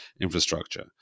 infrastructure